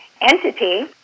entity